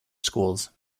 schools